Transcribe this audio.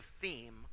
theme